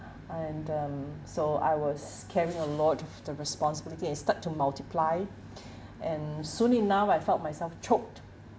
and um so I was carrying a lot the responsibility and start to multiply and soon enough I felt myself choked